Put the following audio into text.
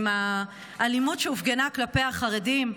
עם האלימות שהופגנה כלפי החרדים.